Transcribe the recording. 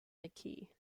mckee